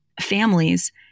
families